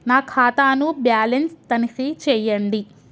నా ఖాతా ను బ్యాలన్స్ తనిఖీ చేయండి?